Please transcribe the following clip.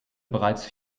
bereits